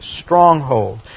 stronghold